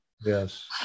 Yes